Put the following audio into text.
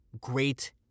great